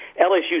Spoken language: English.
LSU